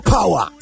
Power